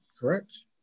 Correct